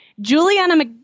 Juliana